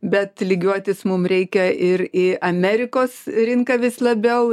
bet lygiuotis mum reikia ir į amerikos rinką vis labiau